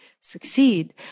succeed